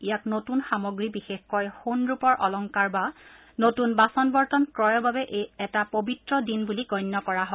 ইয়াক নতুন সামগ্ৰী বিশেষকৈ সোণ ৰূপৰ অলংকাৰ বা নতুন বাচন বৰ্তন ক্ৰয়ৰ বাবে এটা পৱিত্ৰ দিন বুলি গণ্য কৰা হয়